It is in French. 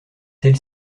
celle